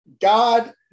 God